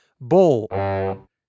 Bull